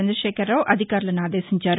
చంద్రశేఖరరావు అధికారులను ఆదేశించారు